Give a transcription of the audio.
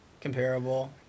comparable